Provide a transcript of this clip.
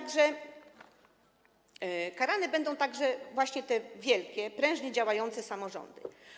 Karane będą także te wielkie, prężnie działające samorządy.